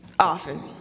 Often